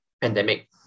pandemic